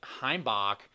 Heimbach